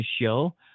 show